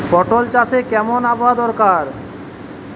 পটল চাষে কেমন আবহাওয়া দরকার?